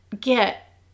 get